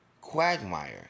quagmire